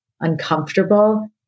uncomfortable